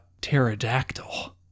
pterodactyl